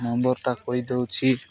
ନମ୍ବରଟା କହିଦଉଛି